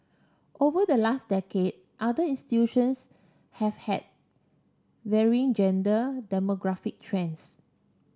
over the last decade other institutions have had varying gender demographic trends